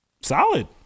solid